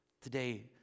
Today